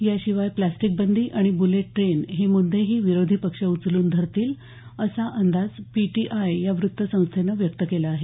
याशिवाय प्लॅस्टिकबंदी आणि बुलेट ट्रेन हे मुद्देही विरोधी पक्ष उचलून धरतील असा अंदाज पीटीआय वृत्तसंस्थेनं व्यक्त केला आहे